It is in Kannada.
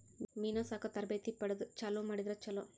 ಮೇನಾ ಸಾಕು ತರಬೇತಿ ಪಡದ ಚಲುವ ಮಾಡಿದ್ರ ಚುಲೊ